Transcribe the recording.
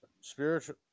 Spiritual